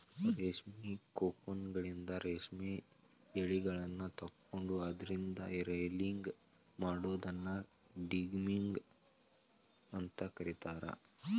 ರೇಷ್ಮಿ ಕೋಕೂನ್ಗಳಿಂದ ರೇಷ್ಮೆ ಯಳಿಗಳನ್ನ ತಕ್ಕೊಂಡು ಅದ್ರಿಂದ ರೇಲಿಂಗ್ ಮಾಡೋದನ್ನ ಡಿಗಮ್ಮಿಂಗ್ ಅಂತ ಕರೇತಾರ